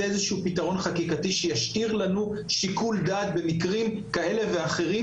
איזשהו פתרון חקיקתי שישאיר לנו שיקול דעת במקרים כאלה ואחרים,